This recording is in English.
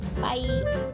Bye